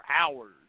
hours